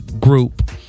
group